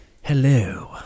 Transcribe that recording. Hello